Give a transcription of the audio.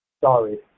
Sorry